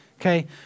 okay